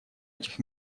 этих